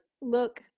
look